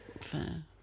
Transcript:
Fair